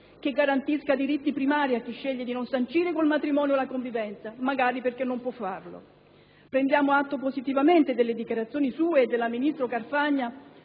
che garantisca diritti primari a chi sceglie di non sancire col matrimonio la convivenza, magari perché non può farlo. Prendiamo atto positivamente delle dichiarazioni sue e del ministro Mara